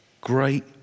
great